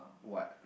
what